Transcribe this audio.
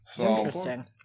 Interesting